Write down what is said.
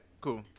cool